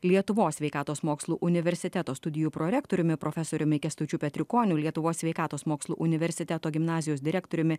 lietuvos sveikatos mokslų universiteto studijų prorektoriumi profesoriumi kęstučiu petrikoniu lietuvos sveikatos mokslų universiteto gimnazijos direktoriumi